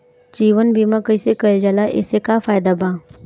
जीवन बीमा कैसे कईल जाला एसे का फायदा बा?